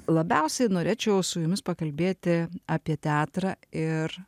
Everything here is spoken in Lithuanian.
labiausiai norėčiau su jumis pakalbėti apie teatrą ir